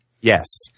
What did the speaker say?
Yes